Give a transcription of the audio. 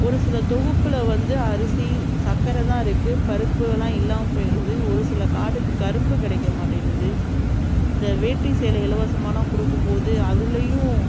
ஒரு சில தொகுப்பில் வந்து அரிசி சக்கரை தான் இருக்குது பருப்புகலாம் இல்லாமல் போயிடுது ஒரு சில கார்டுக்கு கரும்பு கிடைக்க மாட்டேன்னுது இந்த வேட்டி சேலை இலவசமாகலாம் கொடுக்கும் போது அதுலேயும்